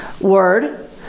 word